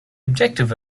objective